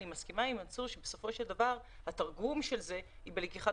אני מסכימה עם מנסור שבסופו של דבר התרגום של זה הוא בלקיחת